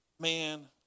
Man